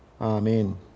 Amen